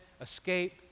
escape